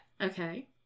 Okay